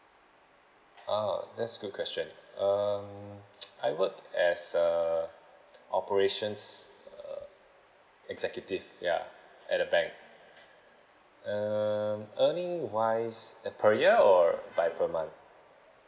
oh that's good question um I work as a operations uh executive ya at the bank um earning wise per year or by per month